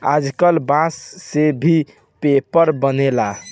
आजकल बांस से भी पेपर बनेला